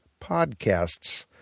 podcasts